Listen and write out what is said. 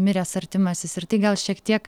miręs artimasis ir tai gal šiek tiek